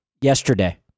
yesterday